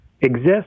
exist